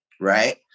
right